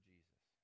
Jesus